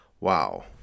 Wow